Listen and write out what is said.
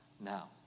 now